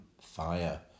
fire